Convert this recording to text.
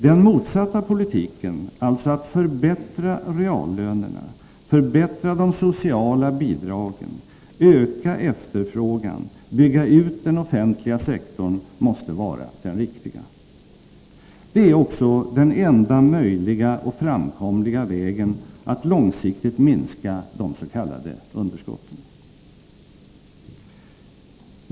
Den motsatta politiken, alltså att förbättra reallönerna, förbättra de sociala bidragen, öka efterfrågan och bygga ut den offentliga sektorn måste vara den riktiga. Det är också den enda möjliga och framkomliga vägen att långsiktigt minska de s.k. underskotten.